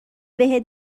بهت